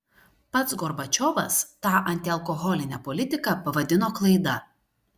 pats gorbačiovas tą antialkoholinę politiką pavadino klaida